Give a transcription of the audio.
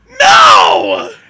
No